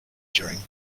during